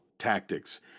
Tactics